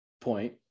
point